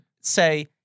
say